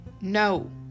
no